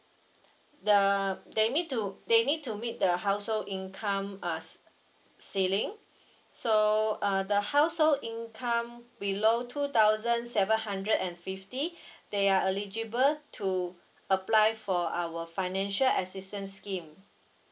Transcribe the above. uh they need to they need to meet the household income uh ceiling so uh the household income below two thousand seven hundred and fifty they are eligible to apply for our financial assistance scheme